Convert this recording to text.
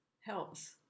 helps